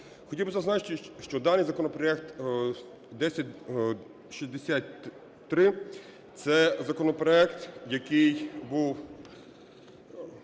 Хотів би зазначити, що даний законопроект 1063 – це законопроект, який був